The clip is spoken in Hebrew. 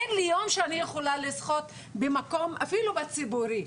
אין לי יום שאני יכולה לשחות במקום אפילו בציבורי.